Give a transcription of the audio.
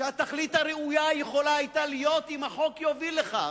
התכלית הראויה יכולה היתה להיות אם החוק יוביל לכך,